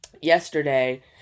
yesterday